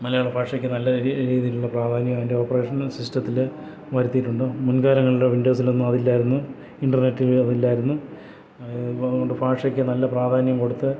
മലയാള ഭാഷക്ക് നല്ലരീതിയിലുള്ള പ്രാധാന്യം അതിൻ്റെ ഒപ്പേറേഷൻ സിസ്റ്റത്തില് വരുത്തിയിട്ടുണ്ട് മുൻകാലങ്ങളില് വിൻഡോസിലൊന്നും അതില്ലാരുന്നു ഇൻ്റർനെറ്റിൽ ഇല്ലായിരുന്നു അത് കൊണ്ട് ഭാഷയ്ക്ക് നല്ല പ്രാധാന്യം കൊടുത്ത്